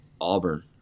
Auburn